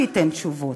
שייתן תשובות,